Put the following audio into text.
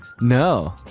No